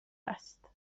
است